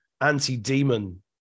anti-demon